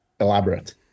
elaborate